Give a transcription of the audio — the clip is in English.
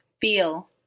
FEEL